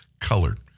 colored